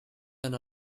and